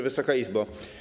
Wysoka Izbo!